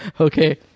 Okay